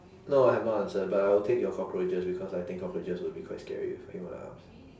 no I have not answered but I will take your cockroaches because I think cockroaches will be quite scary with human arms